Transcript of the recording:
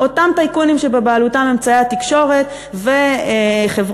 אותם טייקונים שבבעלותם אמצעי התקשורת והאנרגיה,